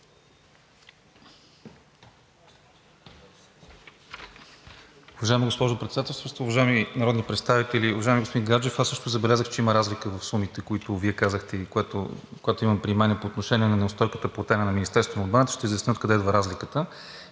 Уважаема госпожо Председател, уважаеми народни представители! Уважаеми господин Гаджев, аз също забелязах, че има разлика в сумите, които Вие казахте и които имам при мен по отношение на неустойката, платена на Министерството на отбраната. Ще изясня откъде идва разликата